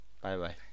Bye-bye